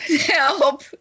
Help